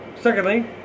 Secondly